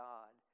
God